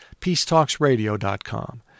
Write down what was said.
peacetalksradio.com